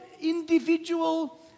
individual